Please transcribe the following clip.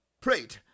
prayed